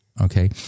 okay